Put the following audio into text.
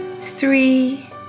Three